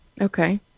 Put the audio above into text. Okay